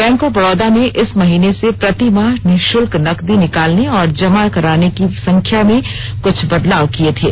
bank of Baroda ने इस महीने से प्रति माह निःशुल्क नकदी निकालने और जमा कराने की संख्या में कुछ बदलाव किए थे